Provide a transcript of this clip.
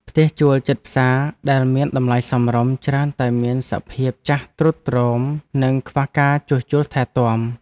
ផ្ទះជួលជិតផ្សារដែលមានតម្លៃសមរម្យច្រើនតែមានសភាពចាស់ទ្រុឌទ្រោមនិងខ្វះការជួសជុលថែទាំ។